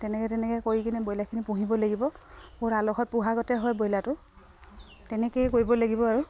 তেনেকে তেনেকে কৰি কিনে ব্ৰইলাৰখিনি পুহিব লাগিব বহুত আলাসত পোহা গতে হয় ব্ৰইলাৰটো তেনেকেই কৰিব লাগিব আৰু